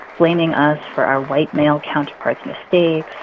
blaming us for our white male counterparts' mistakes,